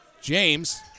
James